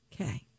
Okay